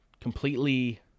completely